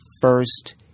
first